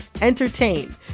entertain